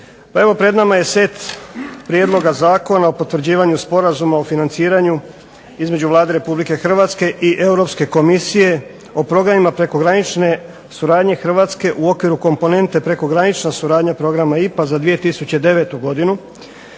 Pred nama je set Prijedloga zakona o potvrđivanju Sporazuma o financiranju između Vlade Republike Hrvatske i Europske komisije o programima prekogranične suradnje Hrvatske u okviru komponente prekogranična suradnja programa IPA za 2009. godinu